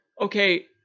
okay